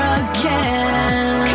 again